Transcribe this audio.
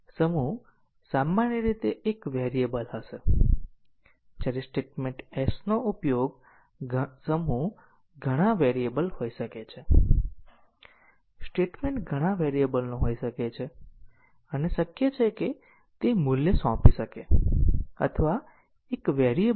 હવે ચાલો જોઈએ કે જો અમારી પાસે CFG હોય તો McCabe મેટ્રિકની ગણતરી કેવી રીતે કરવી જો આપણે ગ્રાફમાં ધારની સંખ્યાની ગણતરી નોડ્સની સંખ્યા વત્તા 2 કરીએ તો આપણને સાયક્લોમેટિક મેટ્રિક e n 2 મળે છે અમે આપીએ છીએ સાયક્લોમેટિક મેટ્રિક